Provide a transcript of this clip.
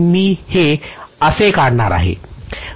मी हे असे काढणार आहे